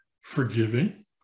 forgiving